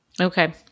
Okay